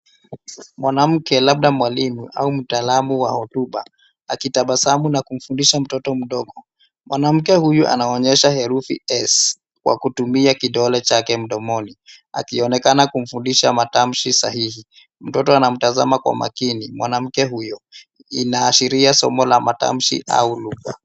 Mwanamke, labda mwalimu au mtaalamu wa hotuba, akitabasamu na kumfundisha mtoto mdogo. Mwanamke huyu anaonyesha herufi S, kwa kutumia kidole chake mdomo. Akionekana kumfundisha matamshi sahihi. Mtoto anamtazama kwa makini mwanamke huyo. Inaashiria somo la matamshi au lugha.